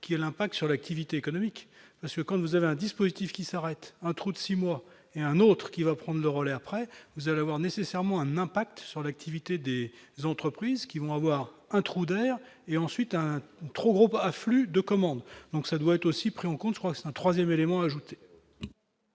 qui l'impact sur l'activité économique, parce que quand vous avez un dispositif qui s'arrêtent un trou de 6 mois et un autre qui va prendre le relais après vous allez avoir nécessairement un impact sur l'activité des entreprises qui vont avoir un trou d'air et ensuite à un trop gros pas afflux de commandes, donc ça doit être aussi pris en compte, je crois que c'est un 3ème élément ajouté.